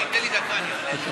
רגולציה ועשיית עסקים.